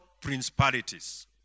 principalities